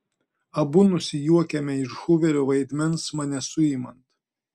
abu nusijuokiame iš huverio vaidmens mane suimant